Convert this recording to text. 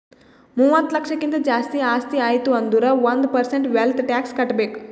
ಮೂವತ್ತ ಲಕ್ಷಕ್ಕಿಂತ್ ಜಾಸ್ತಿ ಆಸ್ತಿ ಆಯ್ತು ಅಂದುರ್ ಒಂದ್ ಪರ್ಸೆಂಟ್ ವೆಲ್ತ್ ಟ್ಯಾಕ್ಸ್ ಕಟ್ಬೇಕ್